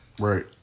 Right